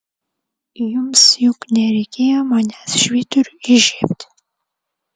jums juk nereikėjo manęs švyturiui įžiebti